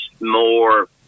more